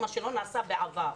מה שלא נעשה בעבר.